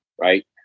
right